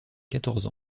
quatorze